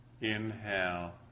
inhale